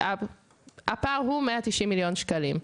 הפער הוא 190 מיליון שקלים.